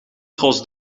tros